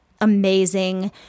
amazing